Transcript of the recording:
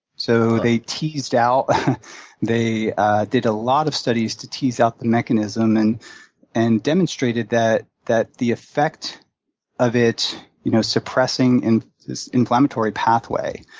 so they teased out they did a lot of studies to tease out the mechanism and and demonstrated that that the effect of it you know suppressing this inflammatory pathway